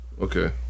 Okay